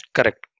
Correct